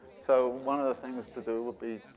so one of the things to do would be.